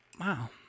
Wow